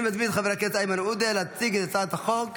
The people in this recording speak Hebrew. אני מזמין את חבר הכנסת איימן עודה להציג את הצעת החוק,